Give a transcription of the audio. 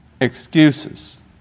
Excuses